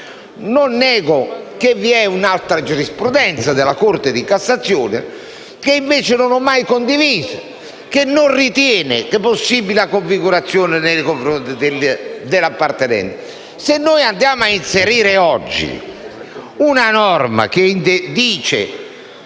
Non nego che vi sia un'altra giurisprudenza della Corte di cassazione, che non ho mai condiviso, che non ritiene possibile la configurazione nei confronti